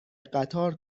قطار